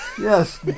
Yes